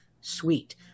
Sweet